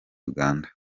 uganda